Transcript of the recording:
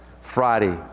Friday